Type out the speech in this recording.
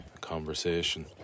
conversation